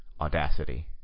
Audacity